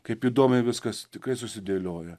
kaip įdomiai viskas tikrai susidėlioja